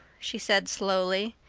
she said slowly.